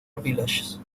villages